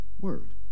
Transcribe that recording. word